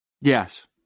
Yes